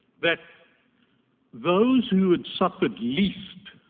that those who had suffered least